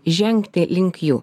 žengti link jų